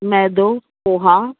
मैदो पोहा